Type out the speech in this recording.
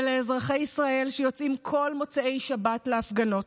ולאזרחי ישראל שיוצאים בכל מוצאי שבת להפגנות,